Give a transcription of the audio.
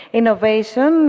innovation